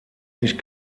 nicht